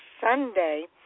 Sunday